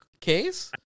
case